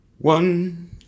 One